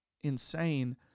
insane